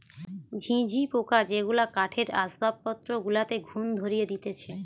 ঝিঝি পোকা যেগুলা কাঠের আসবাবপত্র গুলাতে ঘুন ধরিয়ে দিতেছে